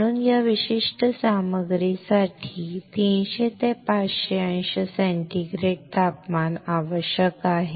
म्हणून या विशिष्ट सामग्रीसाठी 300 ते 500 अंश सेंटीग्रेड तापमान आवश्यक आहे